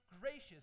gracious